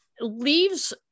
leaves